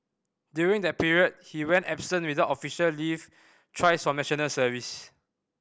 during that period he went absent without official leave thrice from National Service